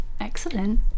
Excellent